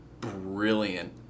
brilliant